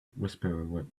whisperer